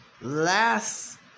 last